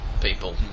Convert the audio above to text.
people